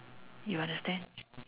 you understand